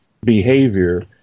behavior